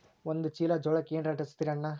ಒಂದ ಚೀಲಾ ಜೋಳಕ್ಕ ಏನ ರೇಟ್ ಹಚ್ಚತೀರಿ ಅಣ್ಣಾ?